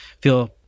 feel